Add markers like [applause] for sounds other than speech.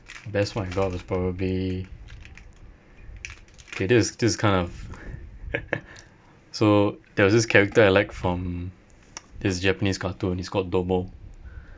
best one I got was probably okay this is this kind of [laughs] so there was this character I like from this japanese cartoon it's called domo